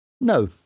no